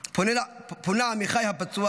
שאליו פונה עמיחי הפצוע,